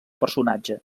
personatge